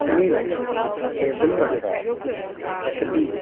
mint hazelnut Akebi